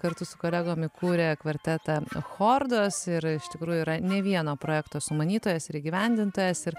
kartu su kolegom įkūrė kvartetą chordos ir iš tikrųjų yra ne vieno projekto sumanytojas ir įgyvendintojas ir